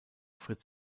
fritz